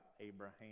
Abraham